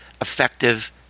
effective